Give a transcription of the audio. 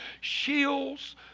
shields